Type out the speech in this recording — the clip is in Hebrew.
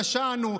פשענו,